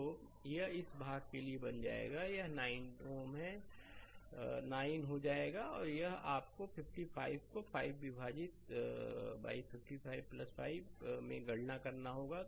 तो यह इस भाग के लिए बन जाएगा यह 9 Ω हो जाएगा और यह एक आपको 55 को 5 विभाजित 55 5 में गणना करना होगा